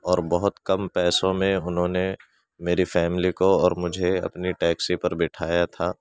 اور بہت کم پیسوں میں انھوں نے میری فیملی کو اور مجھے اپنی ٹیکسی پر بٹھایا تھا